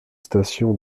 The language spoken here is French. stations